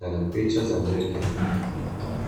yana picha za ndege kama tai.